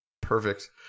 Perfect